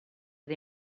dei